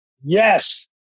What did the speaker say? Yes